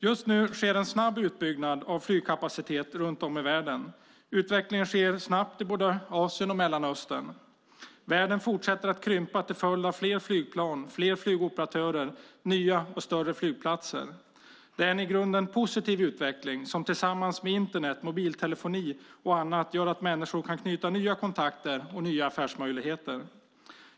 Just nu sker en snabb utbyggnad av flygkapacitet runt om i världen. Utvecklingen sker snabbt i både Asien och Mellanöstern. Världen fortsätter att krympa till följd av fler flygplan, fler flygoperatörer, nya och större flygplatser. Det är en i grunden positiv utveckling, som tillsammans med Internet och mobiltelefoni och annat gör att människor kan knyta nya kontakter och få nya affärsmöjligheter.